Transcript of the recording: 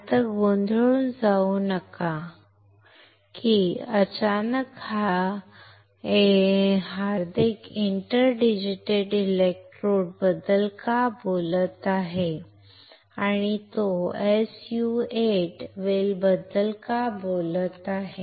आता गोंधळून जाऊ नका की अचानक हार्दिक इंटर डिजीटेटेड इलेक्ट्रोड्सबद्दल का बोलत आहे आणि तो SU 8 वेल बद्दल का बोलत आहे